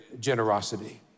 generosity